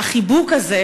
החיבוק הזה,